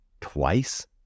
twice